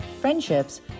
friendships